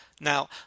Now